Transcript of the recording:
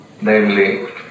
namely